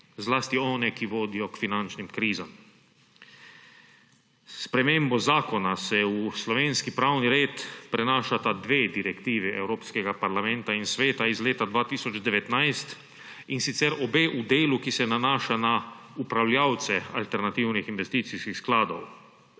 zlasti one, ki vodijo k finančnim krizam. S spremembo zakona se v slovenski pravni red prenašata dve direktivi Evropskega parlamenta in Sveta iz leta 2019, in sicer obe v delu, ki se nanaša na upravljavce alternativnih investicijskih skladov.